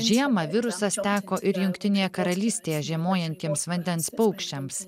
žiemą virusas teko ir jungtinėje karalystėje žiemojantiems vandens paukščiams